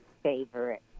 favorite